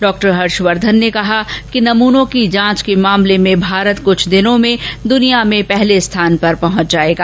डॉ हर्षवर्धन ने कहा कि नमूनों की जांच के मामले में भारत कुछ दिनों में दूनिया में पहले स्थान पर पहुंच जाएगा